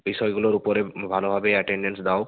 বিষয়গুলোর উপরে ভালোভাবে অ্যাটেন্ডেন্স দাও